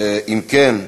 אם כן,